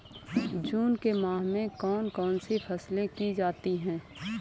जून के माह में कौन कौन सी फसलें की जाती हैं?